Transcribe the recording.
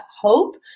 hope